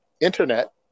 internet